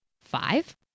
five